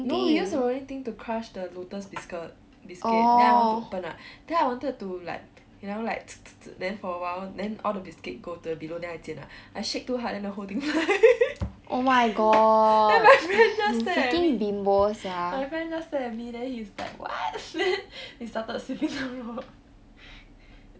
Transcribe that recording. no we use the rolling thing to crush the Lotus biscuit biscuit then I want to open what then I wanted to like you never liked then for awhile then all the biscuit go to below then I 剪 what I shake too hard then the whole thing then my friend just stare at me my friend just stare at me then he's like what then he started sweeping the floor